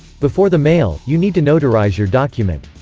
before the mail, you need to notarize your document.